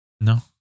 No